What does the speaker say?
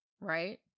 right